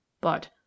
but